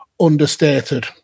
understated